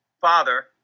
father